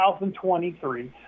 2023